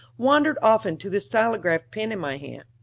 wandered often to the stylograph pen in my hand.